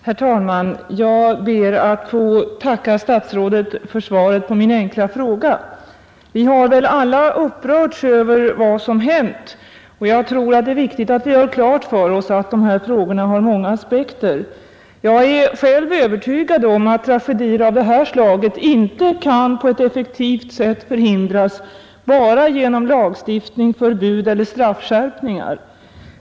Herr talman! Jag ber att få tacka statsrådet för svaret på min enkla fråga. Vi har väl alla upprörts över vad som hänt, men jag tror att det är viktigt att vi har klart för oss att de här frågorna har många aspekter. Jag är själv övertygad om att tragedier av det här slaget inte kan förhindras på ett effektivt sätt bara genom lagstiftning, förbud eller straffskärpningar.